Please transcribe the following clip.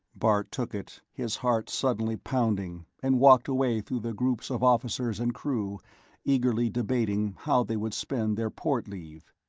bart took it, his heart suddenly pounding, and walked away through the groups of officers and crew eagerly debating how they would spend their port leave.